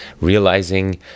realizing